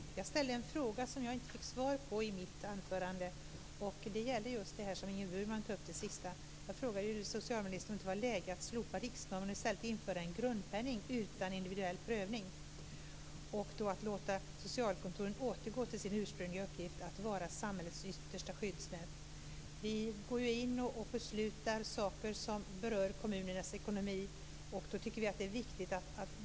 Fru talman! Jag ställde en fråga i mitt anförande som jag inte fick svar på. Det gällde just det sista som Ingrid Burman tog upp. Jag frågade socialministern om det inte var läge att slopa riksnormen och i stället införa en grundpenning utan individuell prövning, samt att låta socialkontoren återgå till sin ursprungliga uppgift att vara samhällets yttersta skyddsnät. Vi beslutar ju om saker som berör kommunernas ekonomi.